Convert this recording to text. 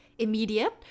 Immediate